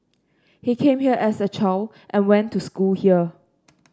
he came here as a child and went to school here